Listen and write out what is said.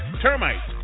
termites